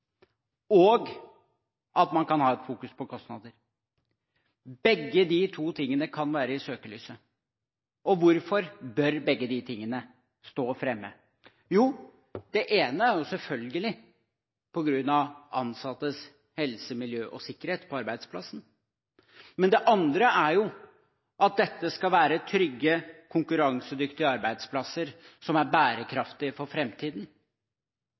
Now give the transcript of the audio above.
på kostnader. Begge de to tingene kan være i søkelyset. Og hvorfor bør begge de tingene stå fremme? Jo, det ene er selvfølgelig på grunn av ansattes helse, miljø og sikkerhet på arbeidsplassen, og det andre er at dette skal være trygge, konkurransedyktige arbeidsplasser som er bærekraftige for